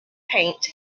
paint